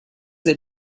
sei